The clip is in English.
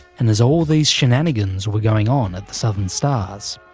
and as all these shenanigans were going on at the southern stars,